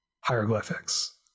hieroglyphics